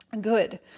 good